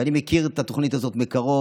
ואני מכיר את התוכנית הזאת מקרוב,